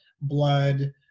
blood